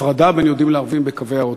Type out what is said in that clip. הפרדה בין יהודים לערבים בקווי האוטובוס.